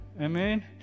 Amen